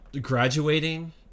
graduating